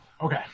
Okay